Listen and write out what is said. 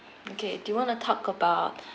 okay do you wanna talk about